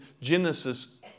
Genesis